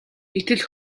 гэтэл